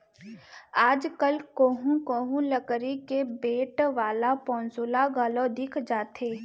आज कल कोहूँ कोहूँ लकरी के बेंट वाला पौंसुल घलौ दिख जाथे